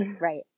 Right